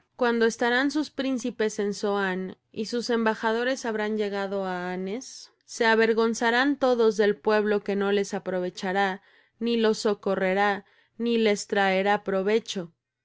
cuando estarán sus príncipes en zoán y sus embajadores habrán llegado á hanes se avergonzarán todos del pueblo que no les aprovechará ni los socorrerá ni les traerá provecho